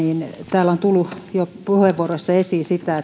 täällä on jo tullut puheenvuoroissa esiin sitä